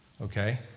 okay